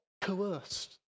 coerced